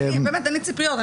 באמת, אין לי ציפיות.